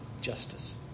justice